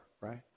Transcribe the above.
right